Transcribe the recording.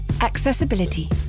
Accessibility